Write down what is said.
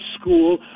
School